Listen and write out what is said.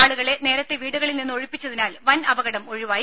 ആളുകളെ നേരത്തെ വീടുകളിൽ നിന്ന് ഒഴിപ്പിച്ചതിനാൽ വൻ അപകടം ഒഴിവായി